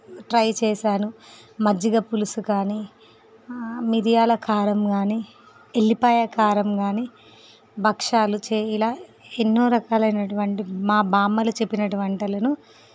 try చేశాను మజ్జిగ పులుసు కానీ మిర్యాల కారం కానీ వెల్లిపాయ కారం కానీ భక్షాలు చే ఇలా ఎన్నో రకాలైనటువంటి మా బామ్మలు చెప్పినటువంటి వంటలను